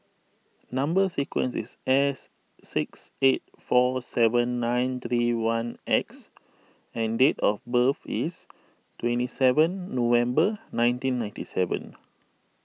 Number Sequence is S six eight four seven nine three one X and date of birth is twenty seven November nineteen ninety seven